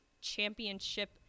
championship